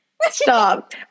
stop